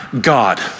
God